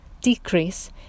decrease